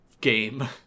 game